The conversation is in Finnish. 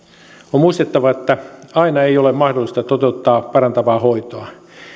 on muistettava että aina ei ole mahdollista toteuttaa parantavaa hoitoa